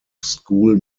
school